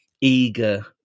eager